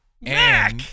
Mac